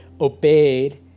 obeyed